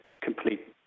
complete